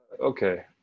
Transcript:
Okay